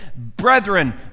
Brethren